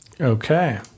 okay